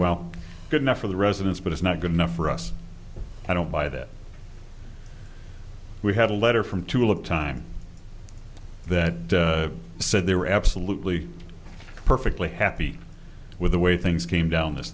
well good enough for the residents but it's not good enough for us i don't buy that we had a letter from tulip time that said they were absolutely perfectly happy with the way things came down this